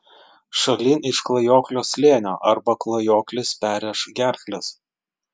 šalin iš klajoklio slėnio arba klajoklis perrėš gerkles